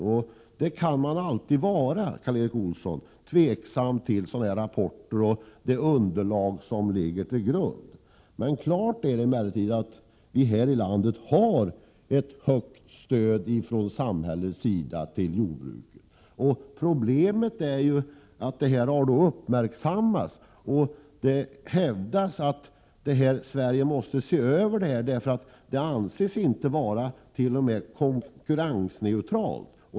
Tveksam kan man alltid vara, Karl Erik Olsson, till underlaget för rapporten, men vi har här i landet att stort samhälleligt stöd till jordbruket. Problemet är att denna fråga har uppmärksammats. Det har hävdats att Sverige måste se över detta stöd, eftersom det inte anses vara konkurrensneutralt.